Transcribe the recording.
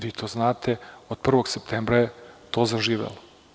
Vi to znate, od 1. septembra je to zaživelo.